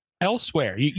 elsewhere